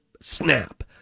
snap